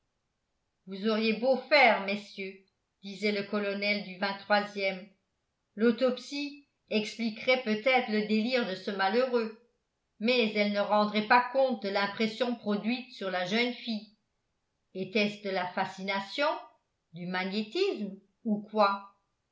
vous auriez beau faire messieurs disait le colonel du ème l'autopsie expliquerait peut-être le délire de ce malheureux mais elle ne rendrait pas compte de l'impression produite sur la jeune fille était-ce de la fascination du magnétisme ou quoi